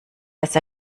dass